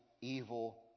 evil